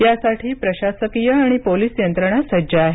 यासाठी प्रशासकीय आणि पोलीस यंत्रणा सज्ज आहे